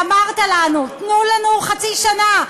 ואמרת לנו: תנו לנו חצי שנה,